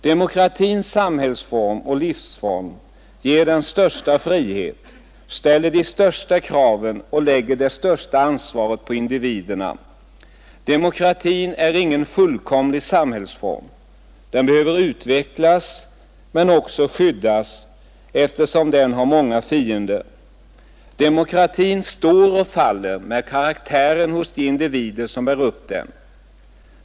Demokratins samhällsform och livsform ger den största friheten, ställer de största kraven och lägger det största ansvaret på individerna. Demokratin är ingen fullkomlig samhällsform, utan den behöver utvecklas men också skyddas, eftersom den har många fiender. Demokratin står och faller med karaktären hos de individer som bär upp den.